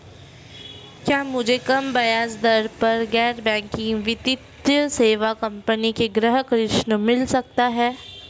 क्या मुझे कम ब्याज दर पर गैर बैंकिंग वित्तीय सेवा कंपनी से गृह ऋण मिल सकता है?